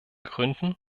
gründen